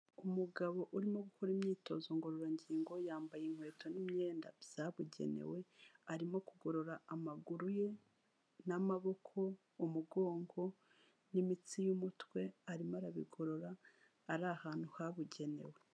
Umugabo urimo gukora imyitozo ngororangingo yambaye inkweto n'imyenda zabugenewe, arimo kugorora amaguru ye n'amaboko umugongo n'imitsi y'umutwe, arimo arabigorora ari ahantu habugenewe.